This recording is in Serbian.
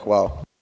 Hvala.